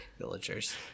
villagers